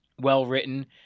well-written